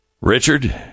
Richard